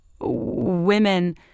women